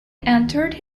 entered